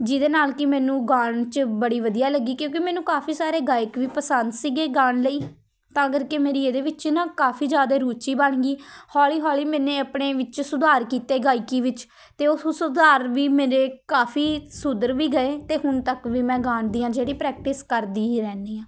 ਜਿਹਦੇ ਨਾਲ਼ ਕਿ ਮੈਨੂੰ ਗਾਉਣ 'ਚ ਬੜੀ ਵਧੀਆ ਲੱਗੀ ਕਿਉਂਕਿ ਮੈਨੂੰ ਕਾਫ਼ੀ ਸਾਰੇ ਗਾਇਕ ਵੀ ਪਸੰਦ ਸੀਗੇ ਗਾਉਣ ਲਈ ਤਾਂ ਕਰਕੇ ਮੇਰੀ ਇਹਦੇ ਵਿੱਚ ਨਾ ਕਾਫ਼ੀ ਜ਼ਿਆਦਾ ਰੁਚੀ ਬਣ ਗਈ ਹੌਲੀ ਹੌਲੀ ਮੈਨੇ ਆਪਣੇ ਵਿੱਚ ਸੁਧਾਰ ਕੀਤੇ ਗਾਇਕੀ ਵਿੱਚ ਅਤੇ ਉਸ ਸੁਧਾਰ ਵੀ ਮੇਰੇ ਕਾਫ਼ੀ ਸੁਧਰ ਵੀ ਗਏ ਅਤੇ ਹੁਣ ਤੱਕ ਵੀ ਮੈਂ ਗਾਉਂਦੀ ਹਾਂ ਜਿਹੜੀ ਪ੍ਰੈਕਟਿਸ ਕਰਦੀ ਹੀ ਰਹਿੰਦੀ ਹਾਂ